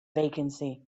vacancy